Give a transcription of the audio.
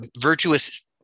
virtuous